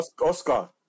Oscar